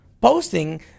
posting